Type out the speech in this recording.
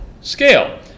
scale